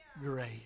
great